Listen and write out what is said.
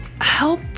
help